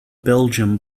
belgium